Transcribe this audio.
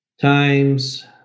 times